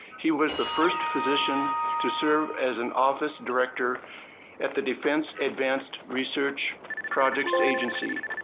he was the first physician to serve as an office director at the defense advanced research projects agency.